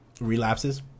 relapses